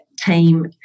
team